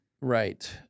Right